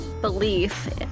belief